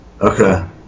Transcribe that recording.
Okay